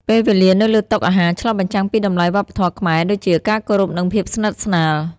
ពេលវេលានៅលើតុអាហារឆ្លុះបញ្ចាំងពីតម្លៃវប្បធម៌ខ្មែរដូចជា ការគោរព និងភាពស្និទ្ធស្នាល ។